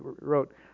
wrote